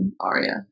Arya